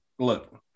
Look